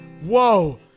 Whoa